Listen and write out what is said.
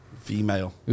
Female